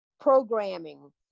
programming